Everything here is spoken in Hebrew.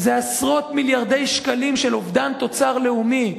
זה עשרות מיליארדי שקלים של אובדן תוצר לאומי,